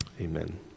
Amen